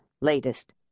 latest